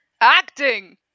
Acting